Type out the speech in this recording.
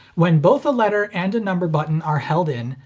when both a letter and a number button are held in,